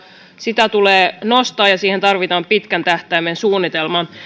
sitä tulee nostaa ja siihen tarvitaan pitkän tähtäimen suunnitelma